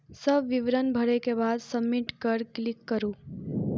सब विवरण भरै के बाद सबमिट पर क्लिक करू